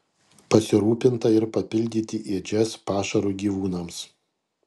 pasirūpinta ir papildyti ėdžias pašaru gyvūnams